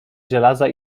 żelaza